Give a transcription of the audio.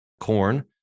corn